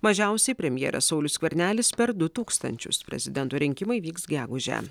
mažiausiai premjeras saulius skvernelis per du tūkstančius prezidento rinkimai vyks gegužę